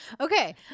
Okay